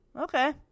Okay